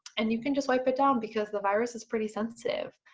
and you can just wipe it down because the virus is pretty sensitive.